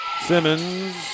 Simmons